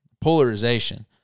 polarization